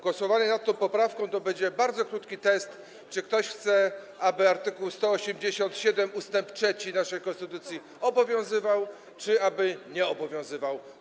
Głosowanie nad tą poprawką to będzie bardzo krótki test, czy ktoś chce, aby art. 187 ust. 3 naszej konstytucji obowiązywał, czy aby nie obowiązywał.